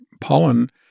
pollen